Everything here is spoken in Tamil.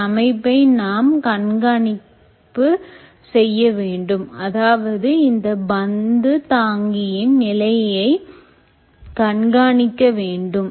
இந்த அமைப்பை நாம் கண்காணிப்பு செய்ய வேண்டும் அதாவது இந்த பந்து தாங்கியின் நிலையை கண்காணிக்க வேண்டும்